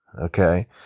Okay